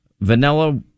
vanilla